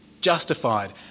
justified